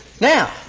Now